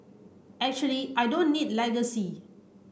actually I don't need legacy